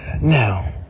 Now